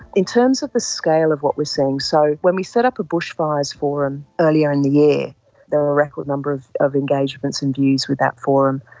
in terms of the scale of what we are seeing, so, when we set up a bushfires forum earlier in the year there were a record number of of engagements and views with that forum.